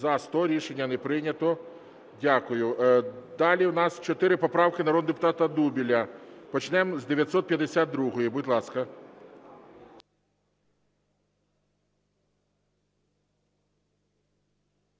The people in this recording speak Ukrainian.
За-100 Рішення не прийнято. Дякую. Далі в нас чотири поправки народного депутата Дубеля. Почнемо з 952-ї, будь ласка.